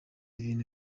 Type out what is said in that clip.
ibintu